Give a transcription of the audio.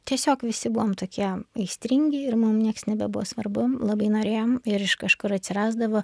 tiesiog visi buvom tokie aistringi ir mum nieks nebebuvo svarbu labai norėjom ir iš kažkur atsirasdavo